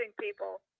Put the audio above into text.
people